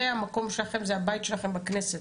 זה המקום שלכם, זה הבית שלכם בכנסת.